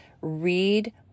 Read